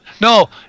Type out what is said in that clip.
No